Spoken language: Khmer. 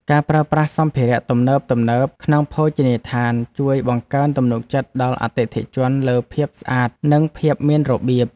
ការប្រើប្រាស់សម្ភារៈទំនើបៗក្នុងភោជនីយដ្ឋានជួយបង្កើនទំនុកចិត្តដល់អតិថិជនលើភាពស្អាត និងភាពមានរបៀប។